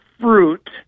fruit